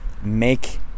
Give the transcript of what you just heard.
make